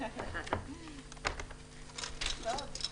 10:47.